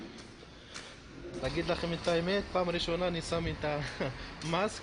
אמרתי למשה פייגלין שהמפלגה שלו לא משהו,